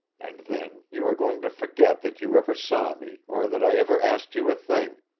and then you are going to forget that you ever saw me or that i ever asked you a thing,